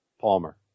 Palmer